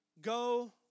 Go